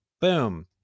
boom